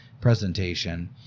presentation